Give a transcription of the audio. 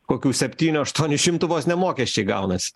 kokių septynių aštuonių šimtų vos ne mokesčiai gaunasi